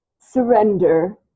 surrender